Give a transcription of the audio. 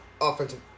Offensive